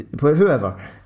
whoever